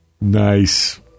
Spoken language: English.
Nice